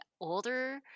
older